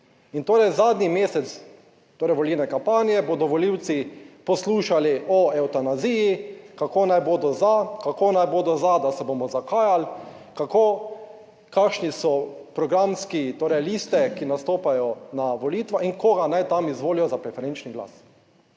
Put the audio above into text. in torej zadnji mesec torej volilne kampanje, bodo volivci poslušali o evtanaziji, kako naj bodo za, kako naj bodo za, da se bomo zakajali, kako, kakšni so programski, torej liste, ki nastopajo na volitvah in koga naj tam izvolijo za preferenčni glas.